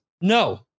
no